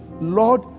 Lord